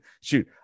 Shoot